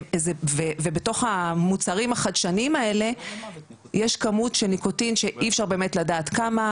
ובתוך המוצרים החדשנים האלה יש כמות של ניקוטין שאי אפשר באמת לדעת כמה,